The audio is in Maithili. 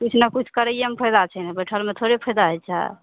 किछु ने किछु करयमे फायदा छै ने बैठलमे थोड़े फायदा होइ छै